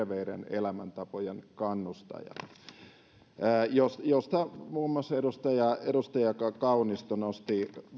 elämäntapojen kannustajana josta muun muassa edustaja edustaja kaunisto nosti